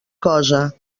cosa